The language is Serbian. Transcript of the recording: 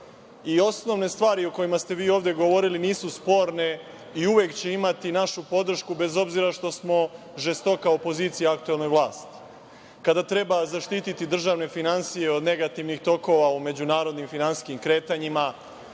i osnovne stvari o kojima ste vi ovde govorili nisu sporne i uvek će imati našu podršku, bez obzira što smo žestoka opozicija aktuelnoj vlasti. Kada treba zaštititi državne finansije od negativnih tokova u međunarodnim finansijskim kretanjima,